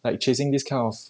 like chasing this kind of